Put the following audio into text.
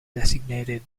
designated